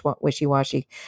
wishy-washy